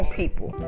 people